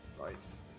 Nice